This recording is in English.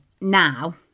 now